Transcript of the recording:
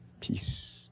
Peace